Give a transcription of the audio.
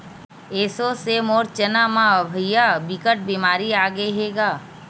एसो से मोर चना म भइर बिकट बेमारी आगे हे गा